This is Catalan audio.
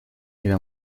era